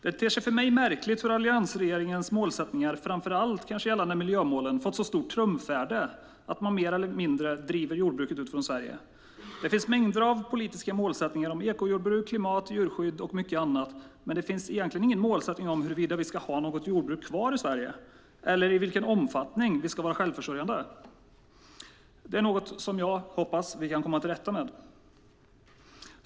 Det ter sig för mig märkligt hur alliansregeringens målsättningar, framför allt gällande miljömålen, fått så stort trumfvärde att man mer eller mindre driver ut jordbruket från Sverige. Det finns mängder av politiska målsättningar om ekojordbruk, klimat, djurskydd och mycket annat, men det finns egentligen ingen målsättning om huruvida vi ska ha något jordbruk kvar i Sverige eller om i vilken omfattning vi ska vara självförsörjande. Detta är något som jag hoppas vi kan komma till rätta med.